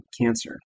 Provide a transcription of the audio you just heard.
cancer